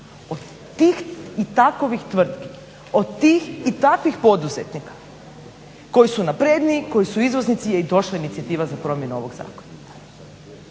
Od tih i takovih tvrtki, od tih i takvih poduzetnika koji su napredniji, koji su izvoznici je i došla inicijativa za promjenu ovog zakona